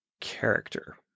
character